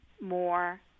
more